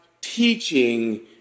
teaching